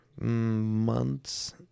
months